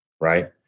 right